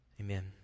Amen